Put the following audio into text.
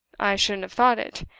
i shouldn't have thought it,